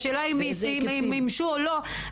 השאלה אם מימשו או לא.